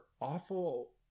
awful